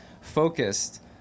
focused